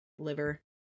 liver